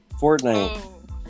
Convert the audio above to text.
Fortnite